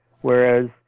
whereas